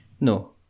No